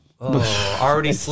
already